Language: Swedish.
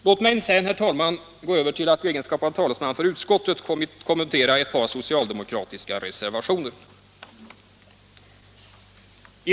Låt mig sedan, herr talman, gå över till att i egenskap av talesman för utskottet kommentera ett par socialdemokratiska reservationer.